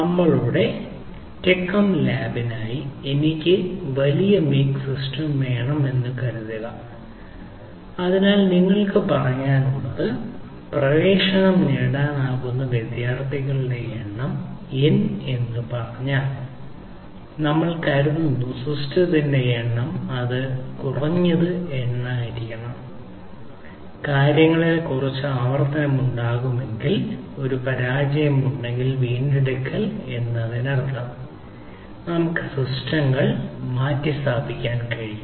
നമ്മളുടെ tech M ലാബിനായി എനിക്ക് വലിയ മേക്ക് സിസ്റ്റം വേണമെന്ന് കരുതുക അതിനാൽ നിങ്ങൾക്ക് പറയാനുള്ളത് പ്രവേശനം നേടാനാകുന്ന വിദ്യാർത്ഥികളുടെ എണ്ണം n എന്ന് പറഞ്ഞാൽ അതിനാൽ നമ്മൾ കരുതുന്ന സിസ്റ്റത്തിന്റെ എണ്ണം അത് കുറഞ്ഞത് n ആയിരിക്കണം കാര്യങ്ങളിൽ കുറച്ച് ആവർത്തനം ഉണ്ടാകുന്നില്ലെങ്കിൽ ഒരു പരാജയമുണ്ടെങ്കിൽ വീണ്ടെടുക്കൽ എന്നതിനർത്ഥം നമുക്ക് സിസ്റ്റങ്ങൾ മാറ്റിസ്ഥാപിക്കാൻ കഴിയും